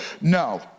no